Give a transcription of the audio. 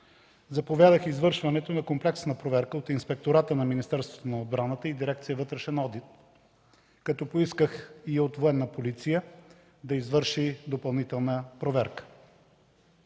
заповядах извършването на комплексна проверка от Инспектората на Министерството на отбраната и дирекция „Вътрешен одит”, като поисках и от Военна полиция да извърши допълнителна проверка.